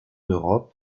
europe